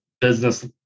business